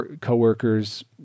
co-workers